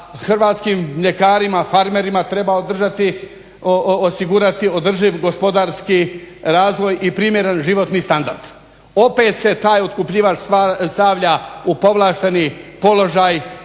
hrvatskim mljekarima, farmerima treba održati, osigurati održiv gospodarski razvoj i primjeren životni standard. Opet se taj otkupljivač stavlja u povlašteni položaj